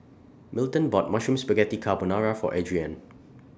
Milton bought Mushroom Spaghetti Carbonara For Adriene